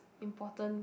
important